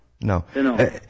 no